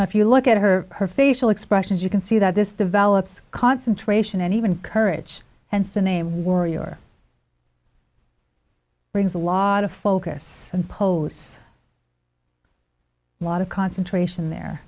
and if you look at her her facial expressions you can see that this develops concentration and even courage and so the name warrior brings a lot of focus and pose a lot of concentration there